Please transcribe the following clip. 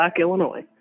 Illinois